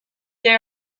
they